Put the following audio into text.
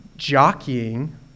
jockeying